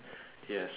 yes